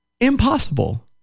impossible